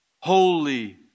holy